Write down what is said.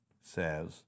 says